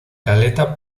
caleta